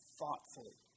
thoughtfully